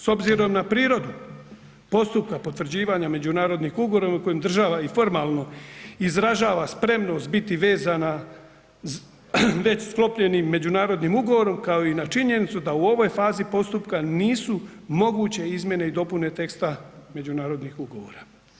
S obzirom na prirodu postupka potvrđivanja međunarodnih ugovora u kojem država i formalno izražava spremnost biti vezana već sklopljenim međunarodnim ugovorom kao i na činjenicu da u ovoj fazi postupka nisu moguće izmjene i dopune teksta međunarodnih ugovora.